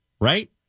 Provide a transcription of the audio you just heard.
right